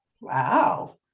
wow